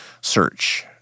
search